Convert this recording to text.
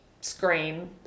screen